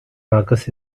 marcus